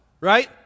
right